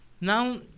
Now